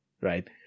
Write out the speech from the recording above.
Right